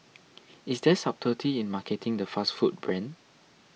is there subtlety in marketing the fast food brand